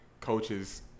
Coaches